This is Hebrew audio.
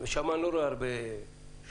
ושם אני לא רואה הרבה שוטרים.